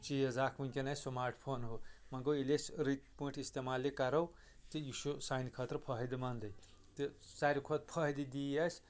چیٖز اکھ وُنکیٚن اسہِ سمارٹ فون ہُہ وۄنۍ گوٚو ییٚلہِ أسۍ رٕتۍ پٲٹھۍ استعمال یہِ کرو تہٕ یہِ چھُ سانہِ خٲطرٕ فٲیدٕ منٛدٕے تہٕ ساروٕے کھۄتہٕ فٲیدٕ دِی یہِ اسہِ